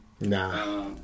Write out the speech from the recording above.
nah